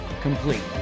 complete